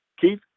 Keith